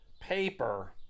paper